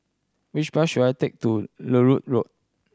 which bus should I take to Larut Road